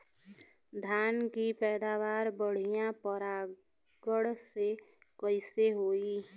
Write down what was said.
धान की पैदावार बढ़िया परागण से कईसे होई?